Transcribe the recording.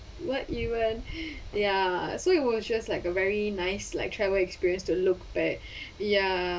what you want ya so it was just like a very nice like travel experience to look back ya